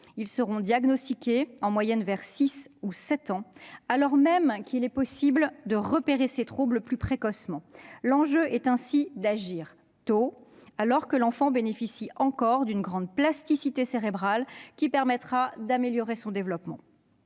Ils sont diagnostiqués en moyenne vers l'âge de 6 ou 7 ans, alors même qu'il est possible de repérer ces troubles plus précocement. L'enjeu est ainsi d'agir tôt, alors que l'enfant bénéficie encore d'une grande plasticité cérébrale permettant d'améliorer son développement.